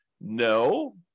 No